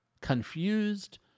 confused